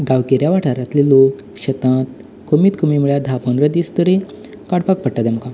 गांवगिऱ्या वाठारांतलें लोक शेतांत कमीत कमी म्हळ्यार धा तें पदरां दीस तरी काडपाक पडटलें म्हाका